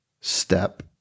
step